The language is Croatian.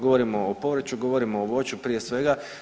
Govorimo o povrću, govorimo o voću prije svega.